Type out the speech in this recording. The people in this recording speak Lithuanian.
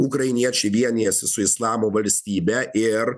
ukrainiečiai vienijasi su islamo valstybe ir